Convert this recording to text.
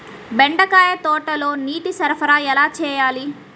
బెండకాయ తోటలో నీటి సరఫరా ఎలా చేయాలి?